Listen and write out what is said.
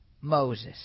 Moses